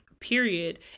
period